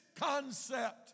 concept